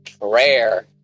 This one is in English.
prayer